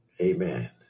Amen